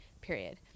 period